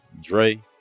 Dre